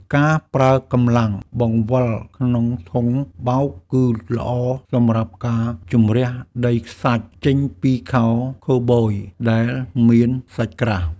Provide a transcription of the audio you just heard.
ការប្រើកម្លាំងបង្វិលក្នុងធុងបោក គឺល្អសម្រាប់ការជម្រះដីខ្សាច់ចេញពីខោខូវប៊យដែលមានសាច់ក្រាស់។